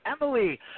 Emily